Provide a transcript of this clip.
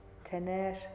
tener